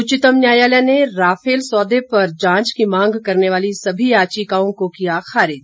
उच्चतम न्यायालय ने राफेल सौदे पर जांच की मांग करने वाली सभी याचिकाओं को किया खारिज